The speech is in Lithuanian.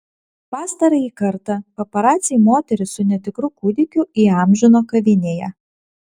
pastarąjį kartą paparaciai moterį su netikru kūdikiu įamžino kavinėje